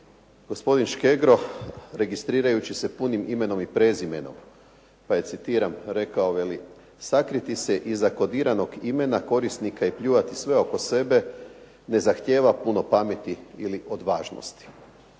gospodin Škegro registrirajući se punim imenom i prezimenom pa je, citiram, rekao: "Sakriti se iza kodiranog imena korisnika i pljuvati sve oko sebe ne zahtijeva puno pameti ili odvažnosti.